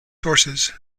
sources